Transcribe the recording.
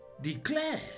Declare